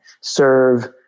serve